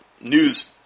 news